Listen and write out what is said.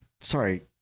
sorry